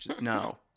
no